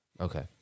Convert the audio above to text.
Okay